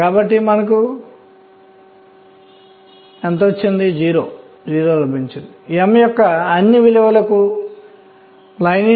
కాబట్టి ms యొక్క ప్రతి 2 స్థాయిలకు m 1 0 1